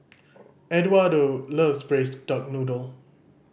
Edwardo loves Braised Duck Noodle